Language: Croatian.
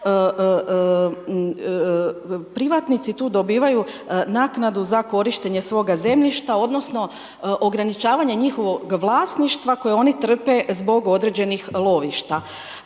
privatnici tu dobivaju naknadu za korištenje svoga zemljišta odnosno ograničavanje njihovog vlasništva koje oni trpe zbog određenih lovišta.